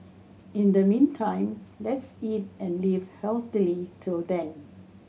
in the meantime let's eat and live healthily till then